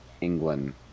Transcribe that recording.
England